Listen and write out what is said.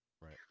Right